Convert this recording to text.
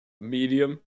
medium